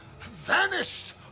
vanished